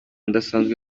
udasanzwe